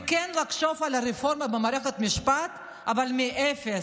וכן לחשוב על רפורמה במערכת המשפט אבל מאפס,